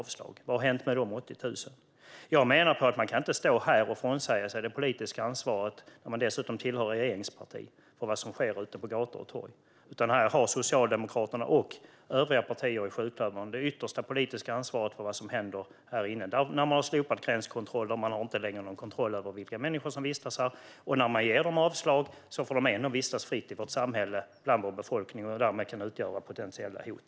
Vad har hänt med de 80 000? Man kan inte stå här och frånsäga sig det politiska ansvaret för vad som sker ute på gator och torg om man dessutom tillhör ett regeringsparti. Socialdemokraterna och övriga partier i sjuklövern har det yttersta politiska ansvaret för vad som händer här inne. Man har slopat gränskontroller och har inte längre någon kontroll över vilka människor som vistas här. När man ger dem avslag får de ändå vistas fritt i vårt samhälle och bland vår befolkning och utgör därmed potentiella hot.